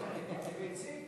פרינציפ?